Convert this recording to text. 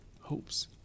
hopes